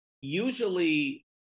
Usually